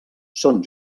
són